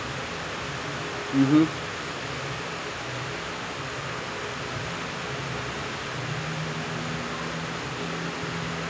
mmhmm